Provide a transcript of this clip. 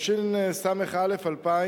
התשס"א 2000,